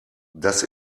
das